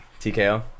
TKO